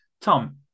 Tom